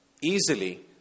easily